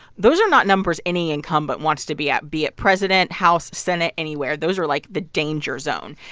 those are not numbers any incumbent wants to be at be it president, house, senate, anywhere. those are, like, the danger zone.